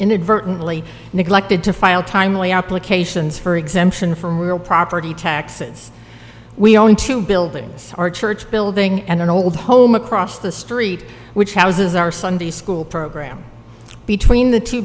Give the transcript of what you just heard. inadvertently neglected to file timely applications for exemption from real property taxes we own two buildings our church building and an old home across the street which houses our sunday school program between the two